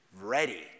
ready